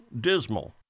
dismal